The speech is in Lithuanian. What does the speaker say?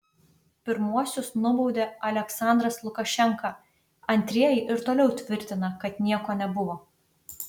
pirmuosius nubaudė aliaksandras lukašenka antrieji ir toliau tvirtina kad nieko nebuvo